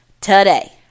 today